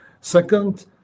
Second